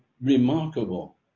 remarkable